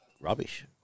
rubbish